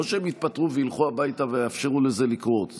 לא שהם יתפטרו וילכו הביתה ויאפשרו לזה לקרות.